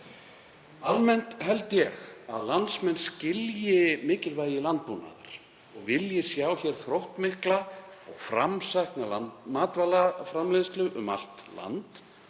Almennt held ég að landsmenn skilji mikilvægi landbúnaðar, vilji sjá hér þróttmikla og framsækna matvælaframleiðslu um allt land,